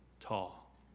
tall